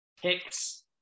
Hicks